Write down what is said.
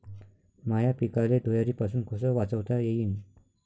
माह्या पिकाले धुयारीपासुन कस वाचवता येईन?